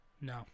No